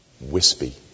wispy